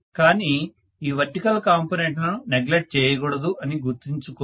కానీ ఈ vertical component లను నెగ్లెక్ట్ చేయకూడదు అని గుర్తుంచుకోండి